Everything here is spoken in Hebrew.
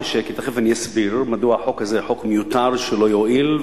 תיכף אני אסביר מדוע החוק הזה הוא חוק מיותר שלא יועיל,